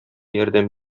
ярдәм